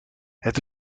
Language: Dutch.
het